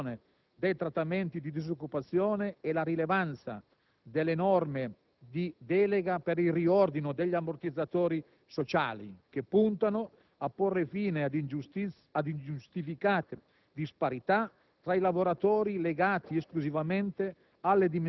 Vorrei inoltre ricordare le misure che riguardano la rimodulazione dei trattamenti di disoccupazione e la rilevanza delle norme di delega per il riordino degli ammortizzatori sociali, che puntano a porre fine ad ingiustificate